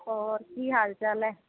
ਹੋਰ ਕੀ ਹਾਲ ਚਾਲ ਹੈ